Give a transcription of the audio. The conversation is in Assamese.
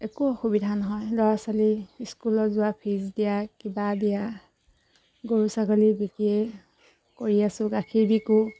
একো অসুবিধা নহয় ল'ৰা ছোৱালী স্কুললৈ যোৱা ফিজ দিয়া কিবা দিয়া গৰু ছাগলী বিকিয়েই কৰি আছো গাখীৰ বিকো